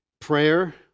prayer